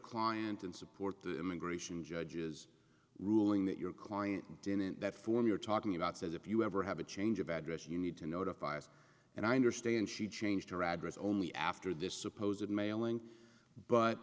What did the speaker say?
client and support the immigration judge's ruling that your client in that form you're talking about says if you ever have a change of address you need to notify us and i understand she changed her address only after this supposed mailing but